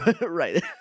Right